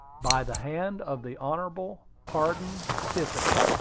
by the hand of the hon. pardon tiffany.